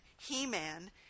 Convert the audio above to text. He-Man